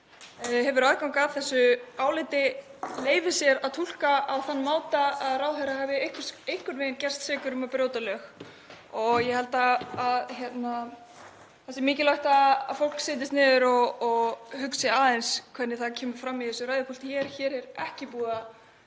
hefur aðgang að þessu áliti leyfi sér að túlka það á þann máta að ráðherra hafi einhvern veginn gerst sekur um að brjóta lög. Ég held að það sé mikilvægt að fólk setjist niður og hugsi aðeins hvernig það kemur fram í þessu ræðupúlti. Hér er ekki á